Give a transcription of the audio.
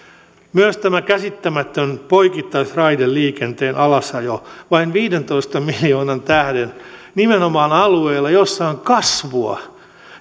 myös tämä käsittämätön poikittaisraideliikenteen alasajo vain viidentoista miljoonan tähden nimenomaan alueilla joilla on kasvua